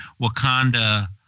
Wakanda